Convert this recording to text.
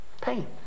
Pain